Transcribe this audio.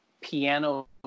piano